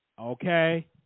okay